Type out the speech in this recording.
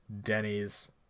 Denny's